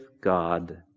God